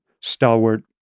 stalwart